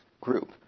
group